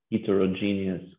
Heterogeneous